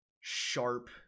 sharp